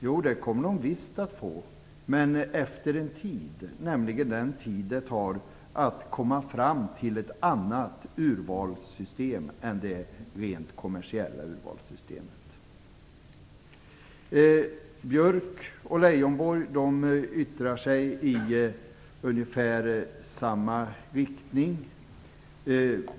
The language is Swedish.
Jo, det kommer man visst att få, men efter en tid, nämligen den tid som det tar att komma fram till ett annat urvalssystem än det rent kommersiella. Björck och Leijonborg yttrar sig i ungefär samma riktning.